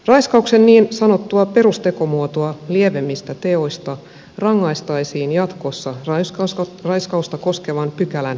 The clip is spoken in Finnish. raiskauksen niin sanottua perustekomuotoa lievemmistä teoista rangaistaisiin jatkossa raiskausta koskevan pykälän mukaisesti